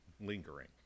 lingering